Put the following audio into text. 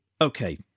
okay